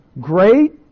great